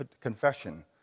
confession